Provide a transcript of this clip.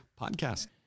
podcast